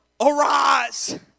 Arise